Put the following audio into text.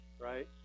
right